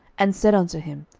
and said unto him,